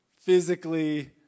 Physically